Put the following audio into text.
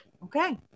Okay